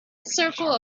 circle